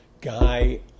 guy